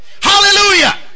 Hallelujah